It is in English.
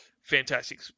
fantastic